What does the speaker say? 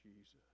Jesus